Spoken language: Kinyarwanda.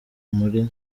muri